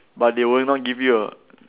but they would not give you a